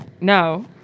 no